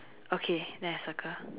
okay then I circle